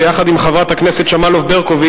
ביחד עם חברת הכנסת שמאלוב-ברקוביץ,